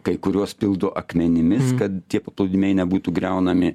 kai kuriuos pildo akmenimis kad tie paplūdimiai nebūtų griaunami